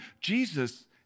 Jesus